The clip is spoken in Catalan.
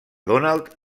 donald